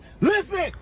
listen